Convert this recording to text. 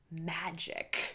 magic